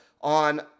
on